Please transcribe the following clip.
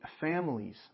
families